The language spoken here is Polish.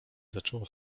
zaczęło